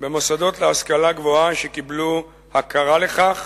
במוסדות להשכלה גבוהה שקיבלו הכרה לכך